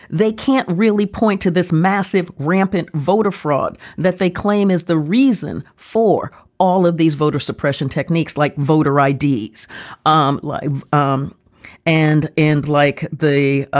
they can't really point to this massive, rampant voter fraud that they claim is the reason for all of these voter suppression techniques like voter i d. um like um and end like they ah